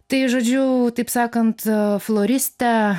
tai žodžiu taip sakant floristikę